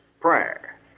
prayer